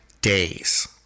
days